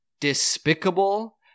despicable